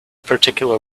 particular